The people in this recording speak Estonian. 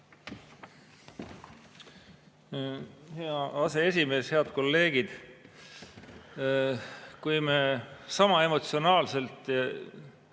Hea aseesimees! Head kolleegid! Kui me sama emotsionaalselt,